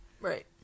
right